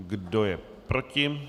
Kdo je proti?